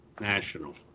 national